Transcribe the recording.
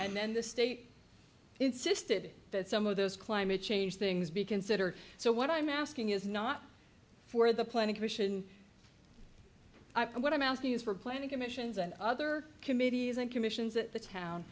and then the state insisted that some of those climate change things be considered so what i'm asking is not for the planning commission i what i'm asking is for planning commissions and other committees and commissions at the town